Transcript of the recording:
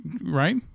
Right